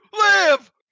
Live